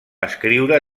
escriure